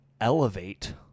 elevate